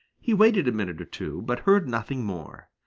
he waited a minute or two, but heard nothing more.